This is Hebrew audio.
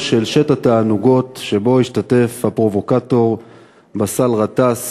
של שיט התענוגות שבו השתתף הפרובוקטור באסל גטאס